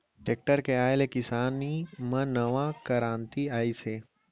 tractor के आए ले किसानी म नवा करांति आइस हे